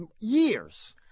years